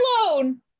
alone